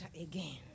again